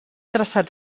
traçat